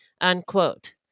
unquote